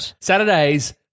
Saturdays